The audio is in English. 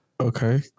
Okay